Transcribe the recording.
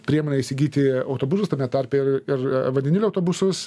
priemonę įsigyti autobusus tame tarpe ir ir a vandenilio autobusus